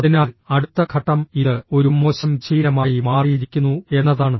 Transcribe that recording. അതിനാൽ അടുത്ത ഘട്ടം ഇത് ഒരു മോശം ശീലമായി മാറിയിരിക്കുന്നു എന്നതാണ്